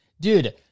dude